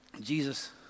Jesus